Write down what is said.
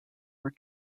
were